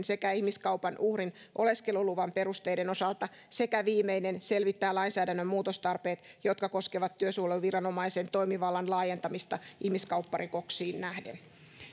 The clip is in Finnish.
sekä ihmiskaupan uhrin oleskeluluvan perusteiden osalta sekä viimeinen selvittää lainsäädännön muutostarpeet jotka koskevat työsuojeluviranomaisen toimivallan laajentamista ihmiskaupparikoksiin nähden